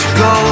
go